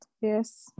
Yes